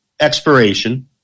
expiration